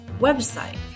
website